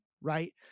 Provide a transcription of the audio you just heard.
right